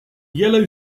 yellow